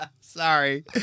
sorry